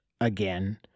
again